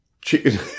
chicken